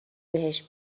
بهش